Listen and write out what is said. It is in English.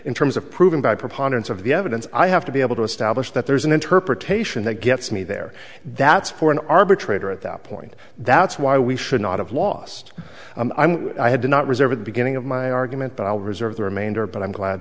in terms of proving by preponderance of the evidence i have to be able to establish that there's an interpretation that gets me there that's for an arbitrator at that point that's why we should not have lost i had to not reserve at the beginning of my argument but i'll reserve the remainder but i'm glad